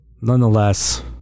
nonetheless